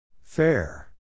Fair